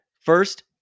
First